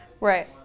Right